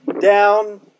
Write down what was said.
down